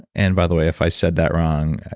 and by the way, if i said that wrong,